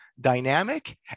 dynamic